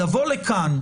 לבוא לכאן,